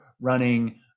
running